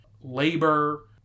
labor